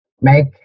make